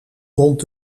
rond